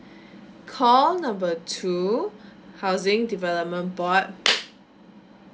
call number two housing development board